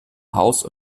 haus